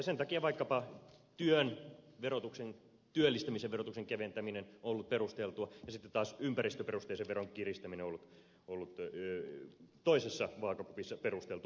sen takia vaikkapa työn verotuksen työllistämisen verotuksen keventäminen on ollut perusteltua ja sitten taas ympäristöperusteisen veron kiristäminen on ollut toisessa vaakakupissa perusteltua